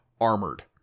armored